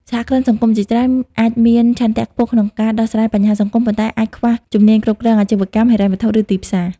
សហគ្រិនសង្គមជាច្រើនអាចមានឆន្ទៈខ្ពស់ក្នុងការដោះស្រាយបញ្ហាសង្គម ប៉ុន្តែអាចខ្វះជំនាញគ្រប់គ្រងអាជីវកម្ម ហិរញ្ញវត្ថុ ឬទីផ្សារ។